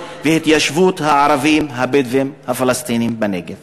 והתיישבות הערבים הבדואים הפלסטינים בנגב.